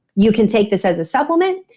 you can take this as a supplement,